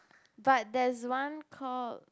but there's one called